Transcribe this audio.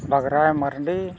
ᱵᱟᱜᱽᱨᱟᱭ Mardi